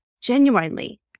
genuinely